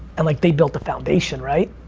and like they built the foundation, right?